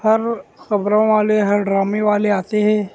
ہر خبروں والے ہر ڈرامے والے آتے ہیں